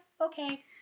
okay